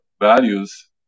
values